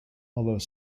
although